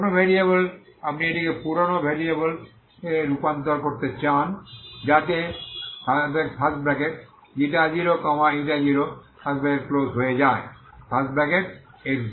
পুরানো ভেরিয়েবলে আপনি এটিকে পুরানো ভেরিয়েবলে রূপান্তর করতে চান যাতে 00 হয়ে যায় x0 t0